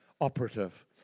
operative